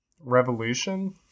Revolution